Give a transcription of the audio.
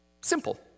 Simple